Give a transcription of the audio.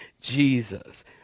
Jesus